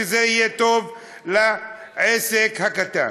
שזה יהיה טוב לעסק הקטן?